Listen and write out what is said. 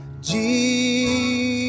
Jesus